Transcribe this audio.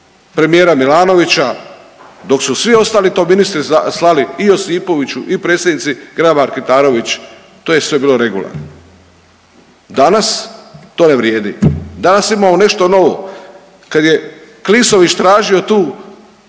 premijera Milanovića, dok su svi ostali to ministri slali i Josipoviću i predsjednici Grabar Kitarović, to je sve bilo regularno. Danas to ne vrijedi. Danas imamo nešto novo. Kad je Klisović tražio tu,